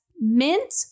Mint